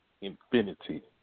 infinity